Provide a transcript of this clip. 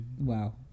wow